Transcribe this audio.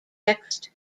text